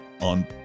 on